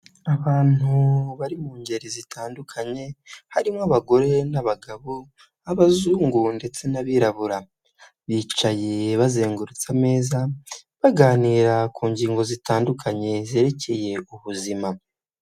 Abantu bari mu ngeri zitandukanye harimo abagore n'abagabo b'abazungu ndetse n'abirabura, bicaye bazengurutse ameza baganira ku ngingo zitandukanye zerekeye k'ubuzima.